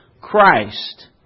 Christ